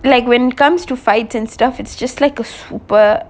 like when comes to fight and stuff it's just like a super